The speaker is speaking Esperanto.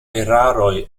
eraroj